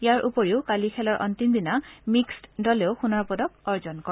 ইয়াৰ উপৰি কালি খেলৰ অন্তিম দিনা মিক্সড দলেও সোণৰ পদক অৰ্জন কৰে